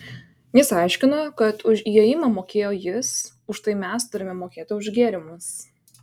jis aiškino kad už įėjimą mokėjo jis už tai mes turime mokėti už gėrimus